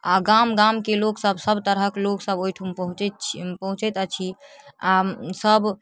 आओर गाम गामके लोकसभ सबतरहके लोकसभ ओहिठाम पहुँचै छी पहुँचैत अछि आओर सभ